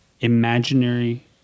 imaginary